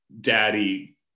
daddy